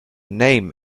name